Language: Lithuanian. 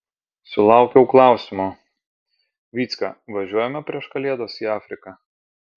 sulaukiau klausimo vycka važiuojame prieš kalėdas į afriką